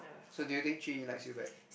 so do you think Jun-Yi likes you back